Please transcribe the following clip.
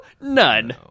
none